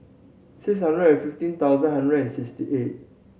six hundred and fifteen thousand hundred and sixty eight